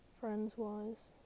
friends-wise